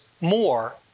more